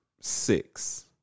six